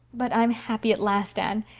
but i'm happy at last, anne.